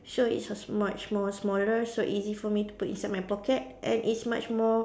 so it's a much more smaller so easy for me to put inside my pocket and it's much more